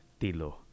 tilo